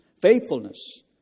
faithfulness